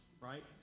right